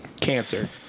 Cancer